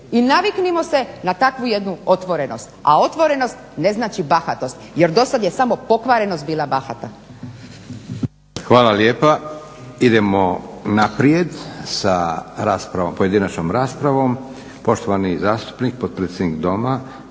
i naviknimo se na takvu jednu otvorenost, a otvorenost ne znači bahatost. Jer do sada je samo pokvarenost bila bahata. **Leko, Josip (SDP)** Hvala lijepa. Idemo naprijed sa pojedinačnom raspravu, poštovani zastupnik potpredsjednik Doma